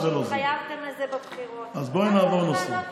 גם אתה אמרת לה: